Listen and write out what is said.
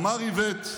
אמר איווט: